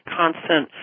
constant